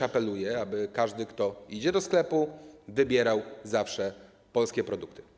Apeluję, aby każdy, kto idzie do sklepu, wybierał zawsze polskie produkty.